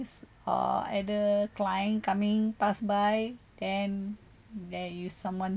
it's uh either client coming pass by then there you someone